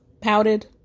Pouted